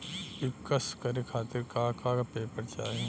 पिक्कस करे खातिर का का पेपर चाही?